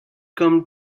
come